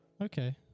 Okay